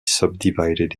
subdivided